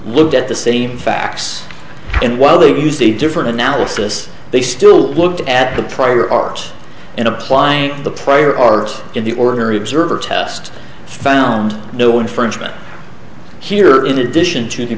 looked at the same facts and while they used a different analysis they still looked at the prior art in applying the prior art in the ordinary observer test found no infringement here in addition to the